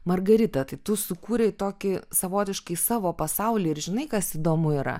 margarita tai tu sukūrei tokį savotiškai savo pasaulį ir žinai kas įdomu yra